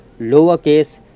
lowercase